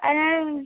அதனால்